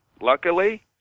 luckily